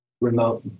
remote